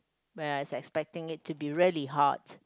where I expecting it to be really hot